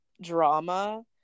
drama